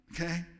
okay